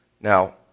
Now